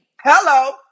Hello